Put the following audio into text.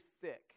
thick